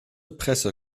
presse